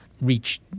reach